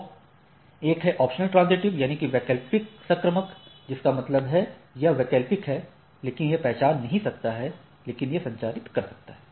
तो एक है optional transitive वैकल्पिक सकर्मक जिसका मतलब है यह वैकल्पिक है लेकिन यह पहचान नहीं सकता है लेकिन यह संचारित कर सकता है